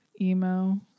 Emo